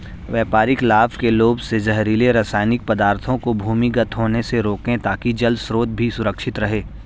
व्यापारिक लाभ के लोभ से जहरीले रासायनिक पदार्थों को भूमिगत होने से रोकें ताकि जल स्रोत भी सुरक्षित रहे